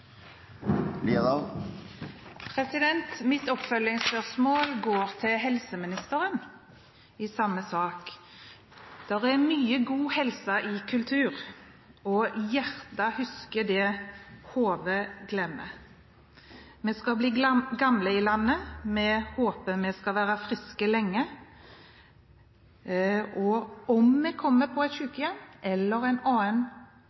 Mitt oppfølgingsspørsmål går til helseministeren i samme sak. Det er mye god helse i kultur, og hjertet husker det hodet glemmer. Vi skal bli gamle i landet, vi håper vi skal være friske lenge, og om vi kommer på et sykehjem eller en annen